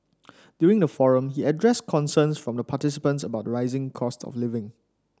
during the forum he addressed concerns from participants about the rising cost of living